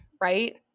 right